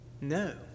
No